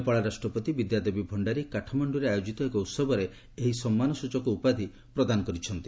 ନେପାଳ ରାଷ୍ଟ୍ରପତି ବିଦ୍ୟା ଦେବୀ ଭଶ୍ତାରୀ କାଠମାଣ୍ଡୁରେ ଆୟୋଜିତ ଏକ ଉହବରେ ଏହି ସମ୍ମାନସୂଚକ ଉପାଧି ପ୍ରଦାନ କରିଛନ୍ତି